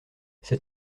ses